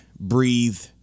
breathe